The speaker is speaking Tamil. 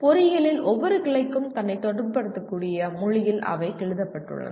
பொறியியலின் ஒவ்வொரு கிளைக்கும் தன்னை தொடர்பு படுத்தக் கூடிய மொழியில் அவை எழுதப்பட்டுள்ளன